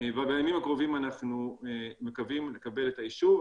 ובימים הקרובים אנחנו מקווים לקבל את האישור,